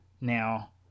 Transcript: now